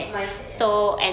mindset ya